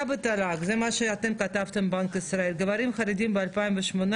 זה מה שאתם כתבתם, בנק ישראל, גברים חרדים ב-2018,